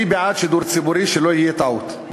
אני בעד שידור ציבורי, שלא תהיה טעות.